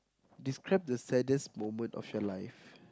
describe the saddest moment of your life